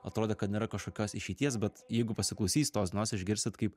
atrodė kad nėra kažkokios išeities bet jeigu pasiklausysi tos dainos išgirsit kaip